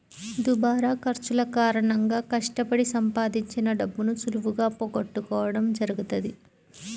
దుబారా ఖర్చుల కారణంగా కష్టపడి సంపాదించిన డబ్బును సులువుగా పోగొట్టుకోడం జరుగుతది